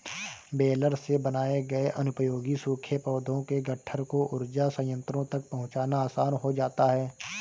baler से बनाए गए अनुपयोगी सूखे पौधों के गट्ठर को ऊर्जा संयन्त्रों तक पहुँचाना आसान हो जाता है